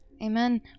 Amen